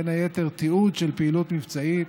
בין היתר, תיעוד של פעילות מבצעית